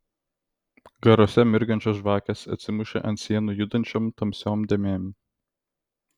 garuose mirgančios žvakės atsimušė ant sienų judančiom tamsiom dėmėm